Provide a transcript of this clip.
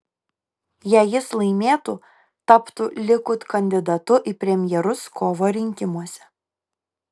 jei jis laimėtų taptų likud kandidatu į premjerus kovo rinkimuose